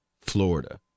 Florida